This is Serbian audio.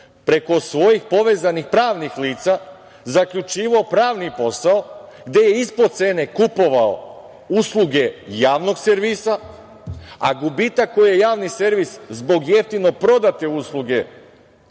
preko svojih povezanih pravnih lica zaključivao pravni posao, gde je ispod cene kupovao usluge javnog servisa, a gubitak koji je javni servis zbog jeftino prodate usluge